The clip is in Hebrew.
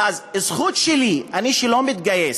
אז הזכות שלי, אני, שלא מתגייס,